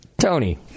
Tony